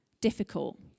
difficult